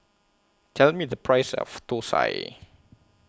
Tell Me The Price of Thosai